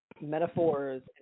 metaphors